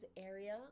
area